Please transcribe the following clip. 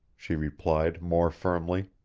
she replied, more firmly.